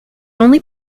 only